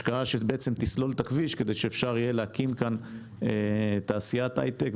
השקעה שתסלול את הכביש כדי שאפשר יהיה להקים כאן תעשיית הייטק,